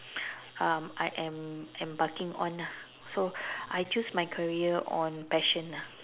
um I am embarking on ah so I choose my career on passion ah